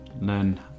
learn